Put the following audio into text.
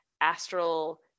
Astral